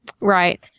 Right